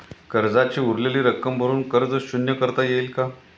कर्जाची उरलेली रक्कम भरून कर्ज शून्य करता येईल का?